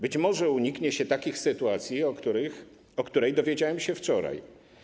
Być może uniknie się takich sytuacji, o której dowiedziałem się wczoraj.